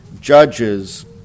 judges